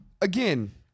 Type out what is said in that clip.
Again